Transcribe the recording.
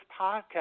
podcast